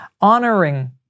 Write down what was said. honoring